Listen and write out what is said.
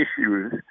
issues